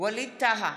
ווליד טאהא,